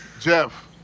Jeff